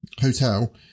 hotel